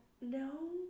No